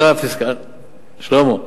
שלמה,